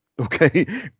okay